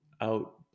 Out